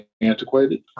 antiquated